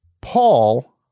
Paul